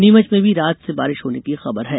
नीमच में भी रात से बारिश होने की खबर है